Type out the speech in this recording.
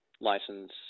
license